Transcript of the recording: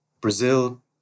Brazil